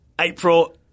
April